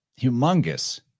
humongous